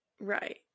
Right